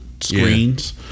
screens